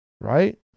Right